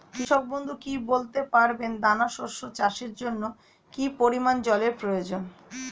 কৃষক বন্ধু কি বলতে পারবেন দানা শস্য চাষের জন্য কি পরিমান জলের প্রয়োজন?